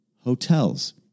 hotels